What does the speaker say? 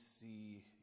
see